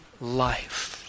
life